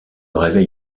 réveil